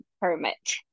permit